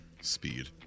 speed